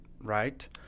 right